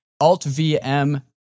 Alt-VM